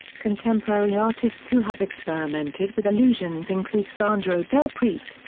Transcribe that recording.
contemporary artists who have experimented with illusions include sandro del-prete,